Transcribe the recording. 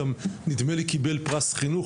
גם נדמה לי קיבל פרס חינוך,